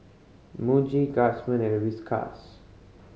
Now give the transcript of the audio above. Muji Guardsman and Whiskas